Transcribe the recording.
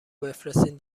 بفرستین